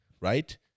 right